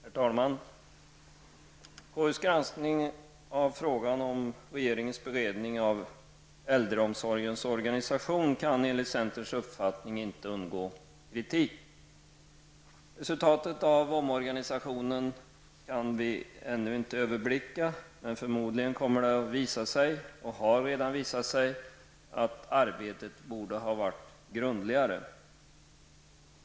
Herr talman! KUs granskning av regeringens beredning av frågan om äldreomsorgens organisation kan enligt centerns uppfattning inte undgå kritik. Resultatet av omorganisationen kan vi ännu inte överblicka, men förmodligen kommer det att visa sig -- och har redan visat sig -- att arbetet borde ha varit grundligare.